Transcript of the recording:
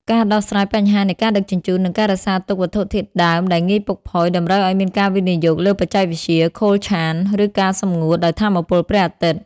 ការដោះស្រាយបញ្ហានៃការដឹកជញ្ជូន និងការរក្សាទុកវត្ថុធាតុដើមដែលងាយពុកផុយ តម្រូវឱ្យមានការវិនិយោគលើបច្ចេកវិទ្យា Cold Chain ឬការសម្ងួតដោយថាមពលព្រះអាទិត្យ។